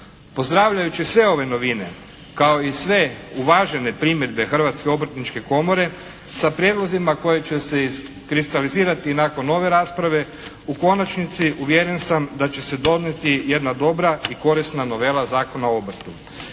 Pozdravljajući sve ove novine kao i sve uvažene primjedbe Hrvatske obrtničke komore sa prijedlozima koji će se iskristalizirati nakon ove rasprave u konačnici uvjeren sam da će se donijeti jedna dobra i korisna novela Zakona o obrtu.